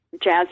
jazz